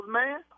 man